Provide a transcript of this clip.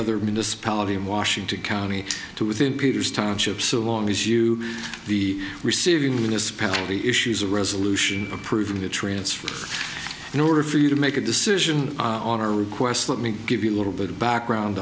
other municipality in washington county to within peter's township so long as you the receiving municipality issues a resolution approving the transfer in order for you to make a decision on our request let me give you a little bit of background